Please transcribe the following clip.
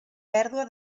pèrdua